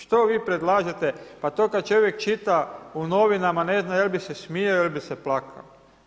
Što vi predlažete, pa to kada čovjek čita u novinama, ne zna jel bi se smijao ili bi se plakao.